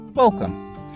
Welcome